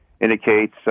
indicates